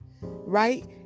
right